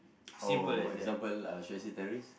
oh example uh should I say terrorist